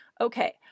Okay